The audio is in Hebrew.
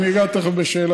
אני אגע תכף בשאלתך,